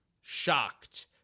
shocked